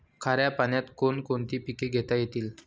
खाऱ्या पाण्यात कोण कोणती पिके घेता येतील?